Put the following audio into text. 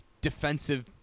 defensive